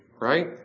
Right